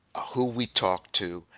ah who we talked to.